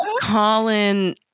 Colin